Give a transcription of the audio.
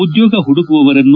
ಉದ್ಯೋಗ ಹುಡುಕುವವರನ್ನು